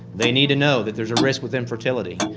they need to know that there's a risk with infertility.